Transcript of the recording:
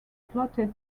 plotted